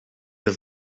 have